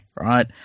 right